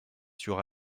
sur